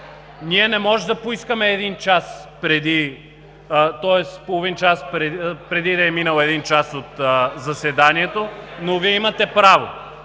Ние не можем да поискаме почивка преди да е минал един час от заседанието, но Вие имате право.